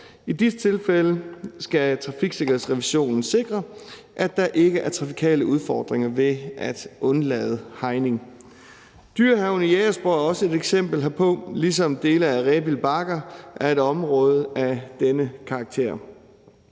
I disse tilfælde skal trafiksikkerhedsrevisionen sikre, at der ikke er trafikale udfordringer ved at undlade hegning. Dyrehaven i Jægersborg er også et eksempel herpå, ligesom dele af Rebild Bakker er et område af denne karakter.